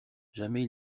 jamais